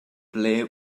ble